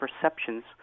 perceptions